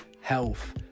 health